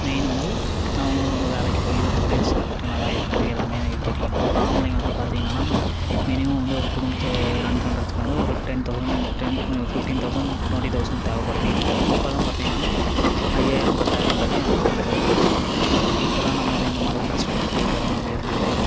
main வந்து அவங்களும் வந்து வேலைக்கு போயி நல்லபடியாக சாப்பிட்டு நல்லா இருந்து எல்லாமே இது பண்ணிக்கணும் இப்போ ஆம்பளைங்க வந்து பார்த்திங்களானா மினிமம் வந்து ஒரு குடும்பத்தை ரன் பண்றதுக்கு வந்து ஒரு ten thousand ten fifteen thousand twenty thousand தேவைப்படுது இப்போது அப்பெல்லாம் பார்த்திங்களானா ஐயாயிரம் பத்தாயிரம் இருந்தாலே அந்த குடும்பத்தை வந்து பெருசாக வந்து பாத்துர்லாம் இப்போ தான் நம்ம வந்து இந்த மாதிரிலாம் கஷ்டப்பட்டு கிட்டு எப்படியெல்லாம் நம்ம இருந்துக்கிட்டு